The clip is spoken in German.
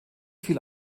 viel